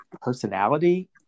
personality